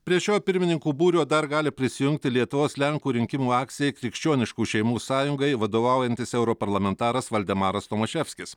prie šio pirmininkų būrio dar gali prisijungti lietuvos lenkų rinkimų akcijai krikščioniškų šeimų sąjungai vadovaujantis europarlamentaras valdemaras tomaševskis